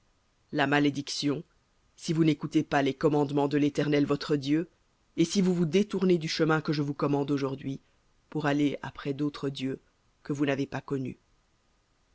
la malédiction si vous n'écoutez pas les commandements de l'éternel votre dieu et si vous vous détournez du chemin que je vous commande aujourd'hui pour aller après d'autres dieux que vous n'avez pas connus